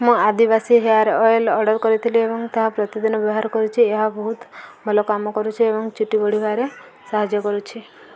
ମୁଁ Adivasi hair oil order କରିଥିଲି ଏବଂ ତାହା ପ୍ରତିଦିନ ବ୍ୟବହାର କରୁଛି ଏହା ବହୁତ ଭଲ କାମ କରୁଛି ଏବଂ ଚୁଟି ବଢ଼ିବାରେ ସାହାଯ୍ୟ କରୁଛି